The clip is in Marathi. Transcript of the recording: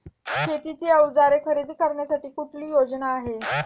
शेतीची अवजारे खरेदी करण्यासाठी कुठली योजना आहे?